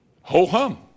ho-hum